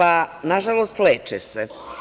Pa, nažalost, leče se.